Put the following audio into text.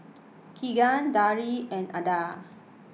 Keegan Deirdre and Alda